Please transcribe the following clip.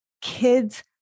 kids